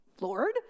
Lord